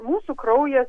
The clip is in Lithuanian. mūsų kraujas